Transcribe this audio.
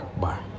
Bye